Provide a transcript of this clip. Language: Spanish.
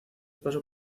paso